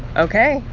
ok.